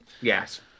Yes